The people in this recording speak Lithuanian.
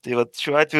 tai vat šiuo atveju